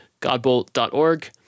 godbolt.org